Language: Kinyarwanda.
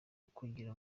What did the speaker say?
ukugira